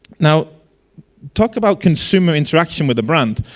now talk about consumer interaction with the brand,